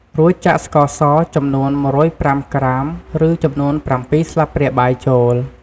រួចចាក់ស្ករស ចំនួន១០៥ក្រាម ឬចំនួន៧ស្លាបព្រាបាយចូល។